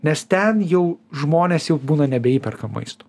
nes ten jau žmonės jau būna nebe įperka maisto